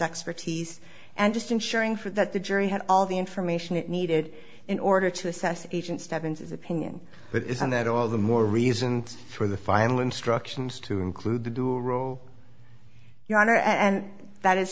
expertise and just ensuring for that the jury had all the information it needed in order to assess agent stephens opinion but isn't that all the more reason for the final instructions to include the dual role your honor and that is